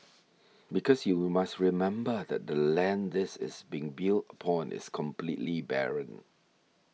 because you must remember that the land this is being built upon is completely barren